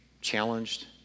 challenged